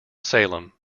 salem